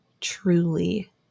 truly